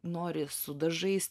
nori su dažais